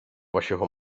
vašeho